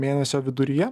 mėnesio viduryje